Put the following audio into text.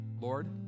Lord